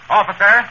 officer